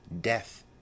death